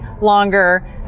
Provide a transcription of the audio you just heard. longer